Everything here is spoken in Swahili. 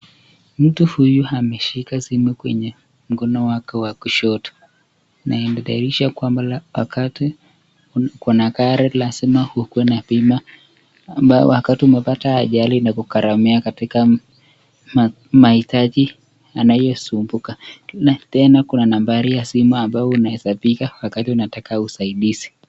Mtu huyu ameshika simu kwenye mkono wake wa kushoto na inaadhahirisha kwamba wakati uko na gari lazima kuwe na bima ambapo wakati umepata ajali ni kugaramia katika mahitaji anayosumbuka. Tena kuna nambari ya simu ambayo unaweza piga wakati unataka usaidiizi.